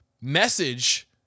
message